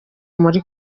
muri